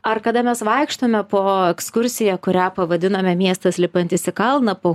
ar kada mes vaikštome po ekskursiją kurią pavadinome miestas lipantis į kalną po